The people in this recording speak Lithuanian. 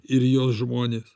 ir jos žmones